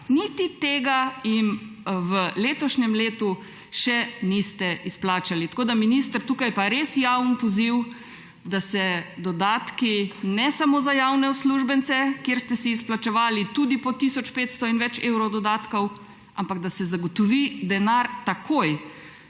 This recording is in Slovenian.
niti tega jim v letošnjem letu še niste izplačali! Tako da, minister, tukaj pa res javni poziv, da se zagotovijo dodatki ne samo za javne uslužbence, kjer ste si izplačevali tudi po tisoč 500 in več evrov dodatkov, ampak da se takoj zagotovi